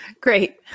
Great